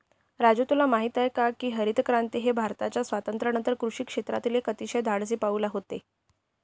राजू तुला माहित आहे का हरितक्रांती हे भारताच्या स्वातंत्र्यानंतर कृषी क्षेत्रातील एक अतिशय धाडसी पाऊल होते